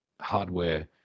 hardware